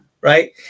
right